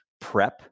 prep